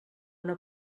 una